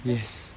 yes